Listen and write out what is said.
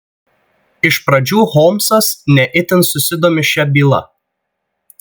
iš pradžių holmsas ne itin susidomi šia byla